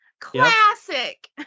Classic